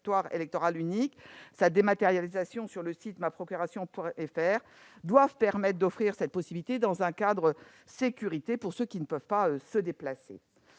électoral unique et sa dématérialisation sur le site www.maprocuration.fr doivent permettre d'offrir cette possibilité, dans un cadre sécurisé, à tous ceux qui ne peuvent pas se déplacer.